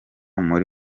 muri